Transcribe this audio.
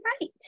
right